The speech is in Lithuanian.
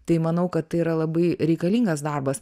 tai manau kad tai yra labai reikalingas darbas